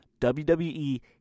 WWE